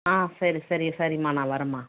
ஆ சரி சரி சரிம்மா நான் வர்றேம்மா